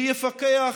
מי יפקח